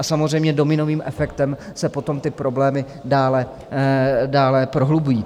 Samozřejmě dominovým efektem se potom ty problémy dále prohlubují.